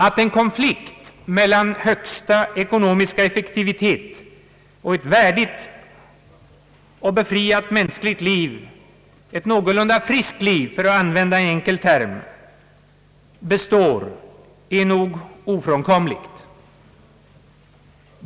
Att en konflikt uppstår mellan högsta ekonomiska effektivitet och ett värdigt och befriat mänskligt liv — ett någorlunda friskt liv, för att använda en enkel term — är nog ofrånkomligt.